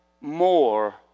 more